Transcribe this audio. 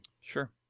Sure